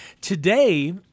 Today